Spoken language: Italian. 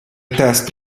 test